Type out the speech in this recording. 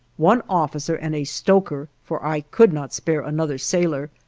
one officer and a stoker, for i could not spare another sailor,